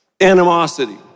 animosity